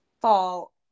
fall